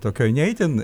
tokioj ne itin